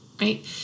Right